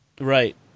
Right